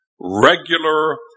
regular